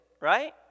Right